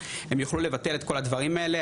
הם יוכלו לבטל את כל הדברים האלה,